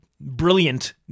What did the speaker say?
brilliant